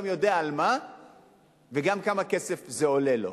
יודע על מה וגם כמה כסף זה עולה לו.